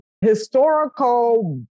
historical